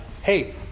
Hey